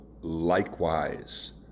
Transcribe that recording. likewise